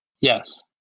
Yes